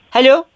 Hello